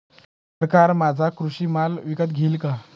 सरकार माझा कृषी माल विकत घेईल का?